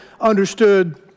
understood